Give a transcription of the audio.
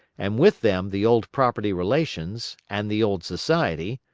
and with them the old property relations, and the old society,